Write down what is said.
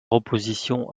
opposition